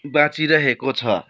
बाँचिरहेको छ